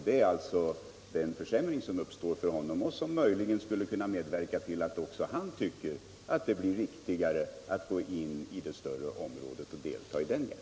Det är alltså den försämringen som uppstår för honom, som möjligen gör att också han tycker att det är riktigare att gå in i det större området och delta i jakten där.